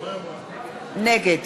נגד